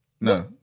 No